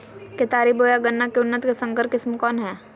केतारी बोया गन्ना के उन्नत संकर किस्म कौन है?